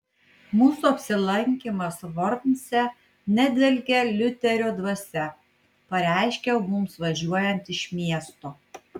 mūsų apsilankymas vormse nedvelkia liuterio dvasia pareiškiau mums važiuojant iš miesto